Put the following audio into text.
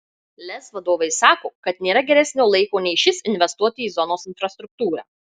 lez vadovai sako kad nėra geresnio laiko nei šis investuoti į zonos infrastruktūrą